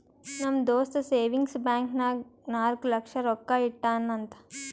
ನಮ್ ದೋಸ್ತ savings bank ನಾಗ್ ನಾಲ್ಕ ಲಕ್ಷ ರೊಕ್ಕಾ ಇಟ್ಟಾನ್ ಅಂತ್